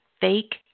Fake